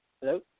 Hello